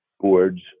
boards